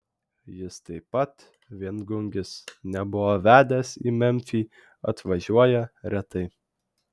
jis taip pat viengungis nebuvo vedęs į memfį atvažiuoja retai